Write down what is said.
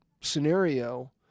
scenario